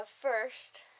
first